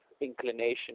inclination